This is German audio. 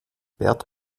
bert